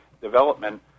development